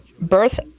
birth